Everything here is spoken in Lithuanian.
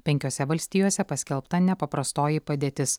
penkiose valstijose paskelbta nepaprastoji padėtis